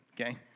Okay